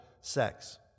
sex